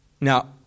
Now